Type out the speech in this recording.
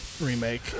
remake